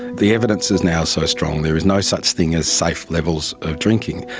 the evidence is now so strong, there is no such thing as safe levels of drinking.